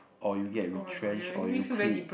or you get retrenched or you quit